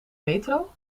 metro